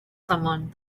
someone